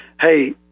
hey